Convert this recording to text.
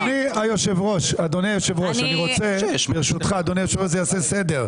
אדוני היושב ראש, ברשותך, זה יעשה סדר.